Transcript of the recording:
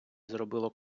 зробило